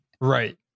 right